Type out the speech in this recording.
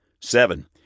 Seven